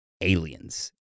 Aliens